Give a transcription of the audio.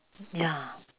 ya